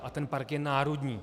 A ten park je národní.